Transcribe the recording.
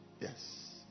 yes